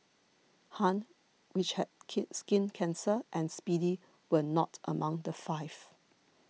Han which had kid skin cancer and Speedy were not among the five